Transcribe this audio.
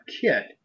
kit